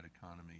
economy